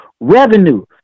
Revenue